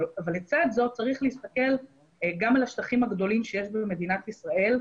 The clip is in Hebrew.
אבל לצד זאת צריך להסתכל גם על השטחים הגדולים שיש במדינת ישראל.